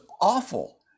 awful